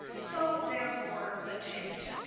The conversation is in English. so therefore the change.